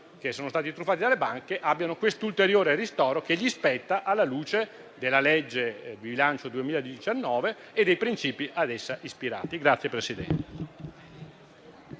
che sono stati truffati dalle banche abbiano quest'ulteriore ristoro che gli spetta alla luce della legge di bilancio del 2019 e dei principi ad essa ispirati.